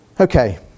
Okay